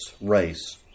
race